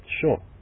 Sure